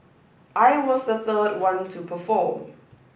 I was the third one to perform